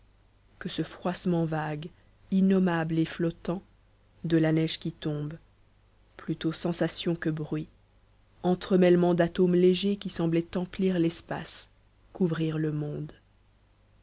que ce froissement vague innommable et flottant de la neige qui tombe plutôt sensation que bruit entremêlement d'atomes légers qui semblaient emplir l'espace couvrir le monde